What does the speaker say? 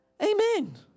Amen